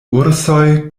ursoj